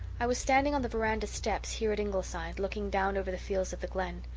i was standing on the veranda steps, here at ingleside, looking down over the fields of the glen.